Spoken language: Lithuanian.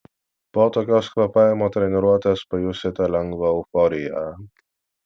po tokios kvėpavimo treniruotės pajusite lengvą euforiją